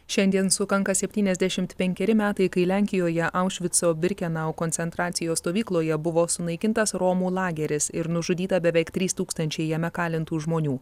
šiandien sukanka septyniasdešimt penkeri metai kai lenkijoje aušvico birkenau koncentracijos stovykloje buvo sunaikintas romų lageris ir nužudyta beveik trys tūkstančiai jame kalintų žmonių